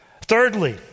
Thirdly